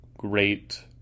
great